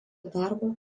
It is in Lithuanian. darbo